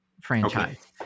franchise